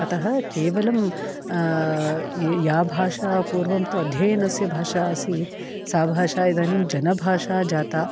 अतः केवलं या भाषा पूर्वं तु अध्ययनस्य भाषा आसीत् सा भाषा इदानीं जनभाषा जाता